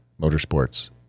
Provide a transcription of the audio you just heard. Motorsports